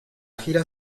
gira